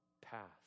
path